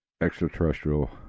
extraterrestrial